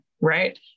right